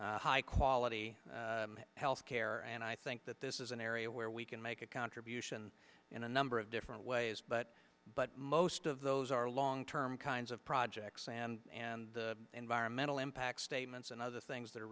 high quality health care and i think that this is an area where we can make a contribution in a number of different ways but but most of those are long term kinds of projects and and the environmental impact statements and other things that are